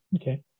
Okay